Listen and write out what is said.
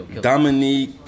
Dominique